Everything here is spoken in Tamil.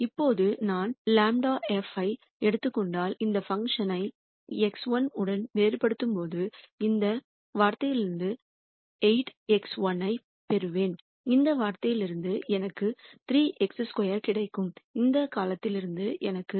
இப்போது நான் ∇ f ஐ எடுத்துக் கொண்டால் இந்த பங்க்ஷன் ஐ x1 உடன் வேறுபடுத்தும்போது இந்த வார்த்தையிலிருந்து 8x1 ஐப் பெறுவேன் இந்த வார்த்தையிலிருந்து எனக்கு 3 x2 கிடைக்கும் இந்த காலத்திலிருந்து எனக்கு கிடைக்கும் 5